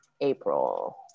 April